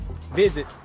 visit